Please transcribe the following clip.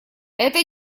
это